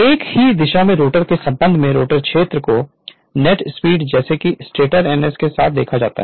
एक ही दिशा में रोटर के संबंध में रोटर क्षेत्र की नेट स्पीड जैसा कि स्टेटर ns से देखा जाता है